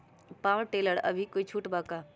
Power tiller पर अभी कोई छुट बा का?